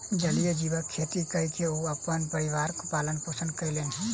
जलीय जीवक खेती कय के ओ अपन परिवारक पालन पोषण कयलैन